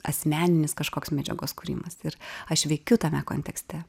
asmeninis kažkoks medžiagos kūrimas ir aš veikiu tame kontekste